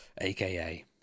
AKA